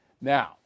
Now